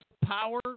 power